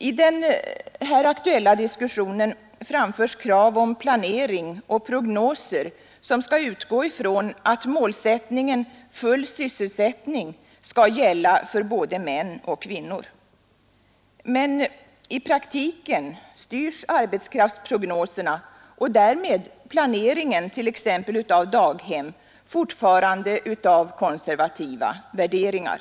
I den här aktuella diskussionen framförs krav om planering och prognoser som skall utgå ifrån att målsättningen full sysselsättning måste gälla för både män och kvinnor, men i praktiken styrs arbetskraftsprognoserna och därmed planeringen t.ex. av daghem fortfarande av konservativa värderingar.